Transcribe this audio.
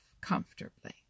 comfortably